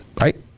right